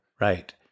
Right